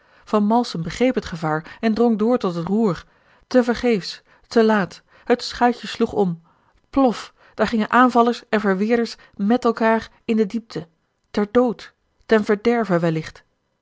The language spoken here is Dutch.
van malsem begreep het gevaar en drong door tot het roer tevergeefs te laat het schuitje sloeg om plof daar gingen aanvallers en verweerders met elkaâr in de diepte ter dood ten verderve wellicht